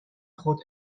خود